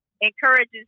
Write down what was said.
encourages